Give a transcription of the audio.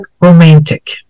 romantic